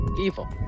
Evil